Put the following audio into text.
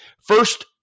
First